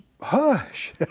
hush